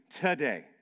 today